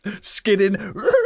Skidding